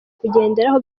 kugenderaho